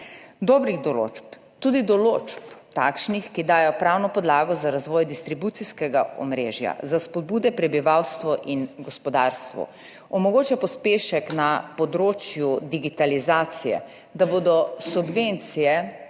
Dobrih določb, tudi takšnih določb, ki dajejo pravno podlago za razvoj distribucijskega omrežja, za spodbude prebivalstvu in gospodarstvu. Omogoča pospešek na področju digitalizacije, da bodo subvencije